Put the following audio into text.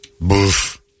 boof